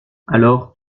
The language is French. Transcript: alors